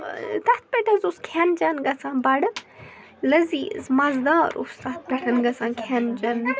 تَتھ پٮ۪ٹھ حظ اوس کھٮ۪ن چٮ۪ن گژھان بَڑٕ لٔزیٖز مَزٕدار اوس تَتھ پٮ۪ٹھ گژھان کھٮ۪ن چٮ۪ن